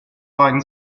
line